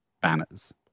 banners